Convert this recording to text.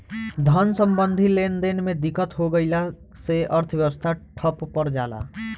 धन सम्बन्धी लेनदेन में दिक्कत हो गइला से अर्थव्यवस्था ठप पर जला